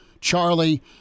Charlie